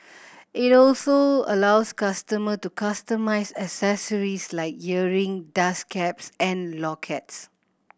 it also allows customer to customise accessories like earring dust caps and lockets